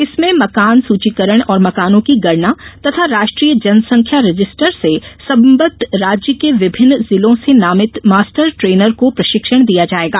इसमें मकान सूचीकरण और मकानों की गणना तथा राष्ट्रीय जनसंख्या रजिस्टर से संबद्ध राज्य के विभिन्न जिलों से नामित मास्टर ट्रेनर को प्रशिक्षण दिया जाएगा